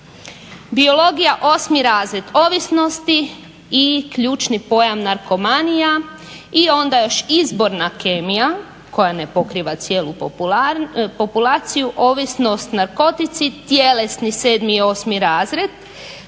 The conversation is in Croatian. Biologija osmi razred, ovisnosti i ključni pojam narkomanija i onda još izborna kemija, koja ne pokriva cijelu populaciju ovisnost, narkotici, tjelesni sedmi i osmi razred,